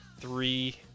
three